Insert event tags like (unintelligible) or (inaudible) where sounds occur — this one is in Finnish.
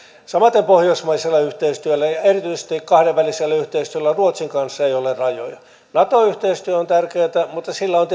samaten pohjoismaisella yhteistyöllä ja ja erityisesti kahdenvälisellä yhteistyöllä ruotsin kanssa ei ole rajoja nato yhteistyö on tärkeätä mutta sillä on (unintelligible)